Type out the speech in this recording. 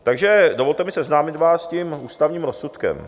Takže dovolte mi seznámit vás s tím ústavním rozsudkem.